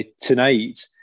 tonight